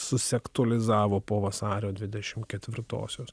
susiaktualizavo po vasario dvidešim ketvirtosios